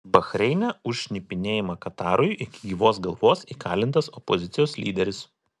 bahreine už šnipinėjimą katarui iki gyvos galvos įkalintas opozicijos lyderis